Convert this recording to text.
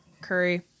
Curry